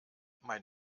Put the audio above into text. mein